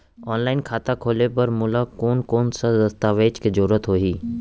Online खाता खोले बर मोला कोन कोन स दस्तावेज के जरूरत होही?